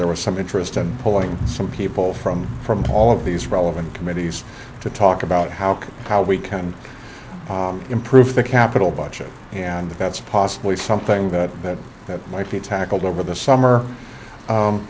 there was some interest i'm pulling some people from from all of these relevant committees to talk about how can how we can improve the capital budget and that's possibly something that that might be tackled over the summer